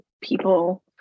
people